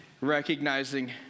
recognizing